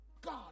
God